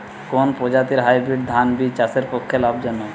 কোন প্রজাতীর হাইব্রিড ধান বীজ চাষের পক্ষে লাভজনক?